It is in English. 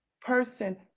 person